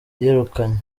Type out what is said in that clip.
yirukanywe